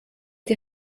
die